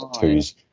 twos